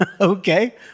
okay